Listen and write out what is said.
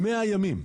100 ימים?